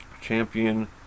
champion